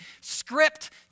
script